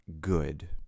good